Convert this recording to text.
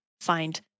find